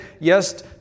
yes